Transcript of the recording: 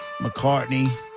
McCartney